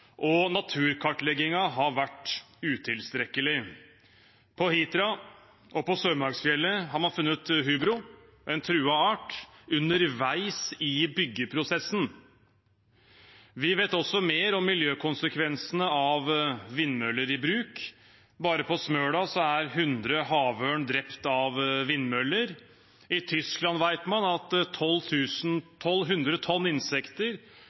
og naturkartleggingen har vært utilstrekkelig. På Hitra og på Sørmarksfjellet har man funnet hubro, en truet art, underveis i byggeprosessen. Vi vet også mer om miljøkonsekvensene av vindmøller i bruk. Bare på Smøla er 100 havørn drept av vindmøller. I Tyskland vet man at 1 200 tonn